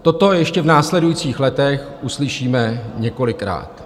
Toto ještě v následujících letech uslyšíme několikrát.